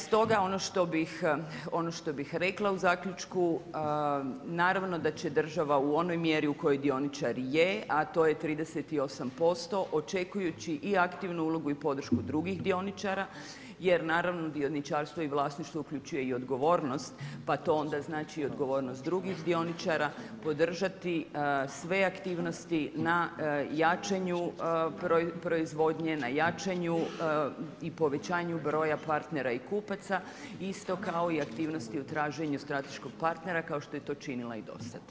Stoga ono što bi rekla u zaključku, naravno da će država u onom mjeri u kojoj dioničar je, a to je 38%, očekujući i aktivnu ulogu podršku drugih dioničara jer naravno dioničarstvo i vlasništvo uključuje i odgovornost pa to onda znači i odgovornost drugih dioničara podržati sve aktivnosti na jačanju proizvodnje, na jačanju i povećanju broja partnera i kupaca isto kao i aktivnosti u traženu strateškog partnera kao što je to činila i do sad.